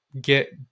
get